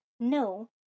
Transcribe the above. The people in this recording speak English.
No